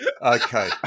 Okay